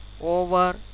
over